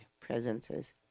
presences